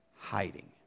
hiding